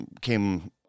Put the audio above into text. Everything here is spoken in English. came